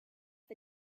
the